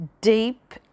deep